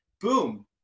boom